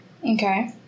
Okay